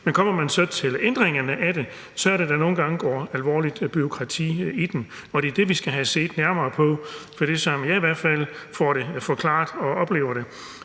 så kommer til ændringerne af det, så er det, at der nogle gange går alvorligt bureaukrati i den, og det er det, som vi skal have set nærmere på. For som jeg i hvert fald får det forklaret og oplever det,